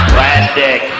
Plastic